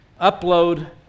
upload